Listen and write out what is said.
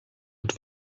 mit